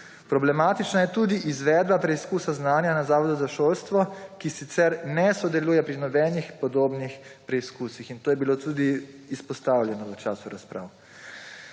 Problematična je tudi izvedba preizkusa znanja na Zavodu za šolstvo, ki sicer ne sodeluje pri nobenih podobnih preizkusih. In to je bilo tudi izpostavljeno v času razprav.